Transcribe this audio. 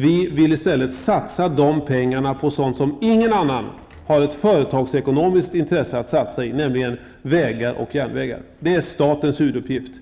Vi vill i stället satsa de pengarna på sådant som ingen annan har ett företagsekonomiskt intresse att satsa på, nämligen vägar och järnvägar. Det är statens huvuduppgift.